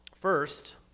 First